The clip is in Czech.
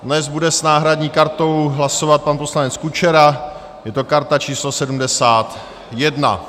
Dnes bude s náhradní kartou hlasovat pan poslanec Kučera, je to karta číslo 71.